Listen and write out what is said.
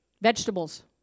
vegetables